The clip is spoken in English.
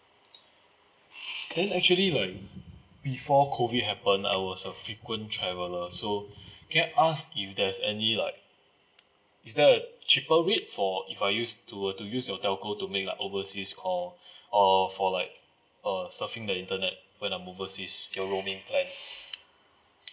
then actually like before COVID happen I was a frequent traveller so can I ask if there's any like is there a cheaper rate for if I use to uh to use your telco make a overseas call or for like uh surfing the internet when I'm overseas your roaming plan